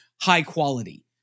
high-quality